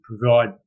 provide